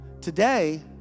Today